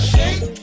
Shake